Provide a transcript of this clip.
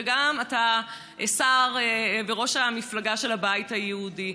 ואתה גם בראש מפלגת הבית היהודי.